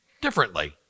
differently